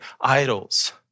idols